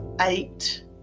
eight